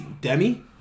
Demi